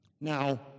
Now